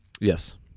yes